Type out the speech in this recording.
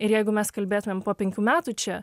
ir jeigu mes kalbėtumėm po penkių metų čia